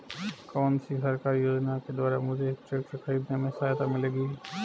कौनसी सरकारी योजना के द्वारा मुझे ट्रैक्टर खरीदने में सहायता मिलेगी?